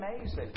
amazing